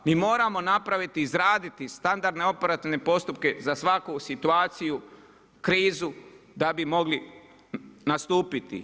Mi moramo napraviti, izraditi, standarde operativne postupke, za svaku situaciju, krizu, da bi mogli nastupiti.